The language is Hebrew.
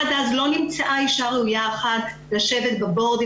עד אז לא נמצאה אישה ראויה אחת לשבת בבורדים